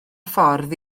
ffordd